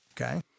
Okay